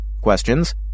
Questions